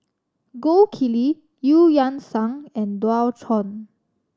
Gold Kili Eu Yan Sang and Dualtron